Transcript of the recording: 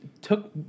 Took